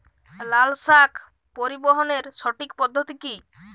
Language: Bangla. লালশাক পরিবহনের সঠিক পদ্ধতি কি?